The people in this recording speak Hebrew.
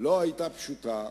לא היתה פשוטה,